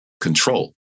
control